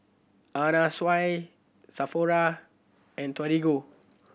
Anna Sui Sephora and Torigo